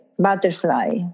Butterfly